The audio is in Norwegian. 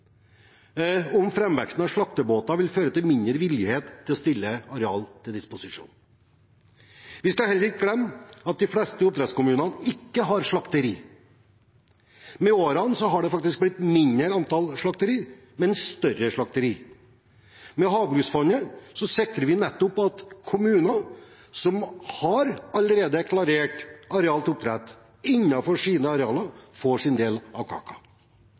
av slaktebåter vil føre til mindre villighet til å stille arealer til disposisjon. Vi skal heller ikke glemme at de fleste oppdrettskommuner ikke har slakteri. Med årene er det faktisk blitt færre, men større slakteri. Med Havbruksfondet sikrer vi at kommuner som allerede har klarert arealer til oppdrett innenfor sine arealer, får sin del av kaka.